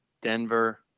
Denver